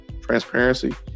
Transparency